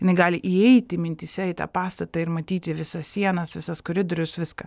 jinai gali įeiti mintyse į tą pastatą ir matyti visas sienas visas koridorius viską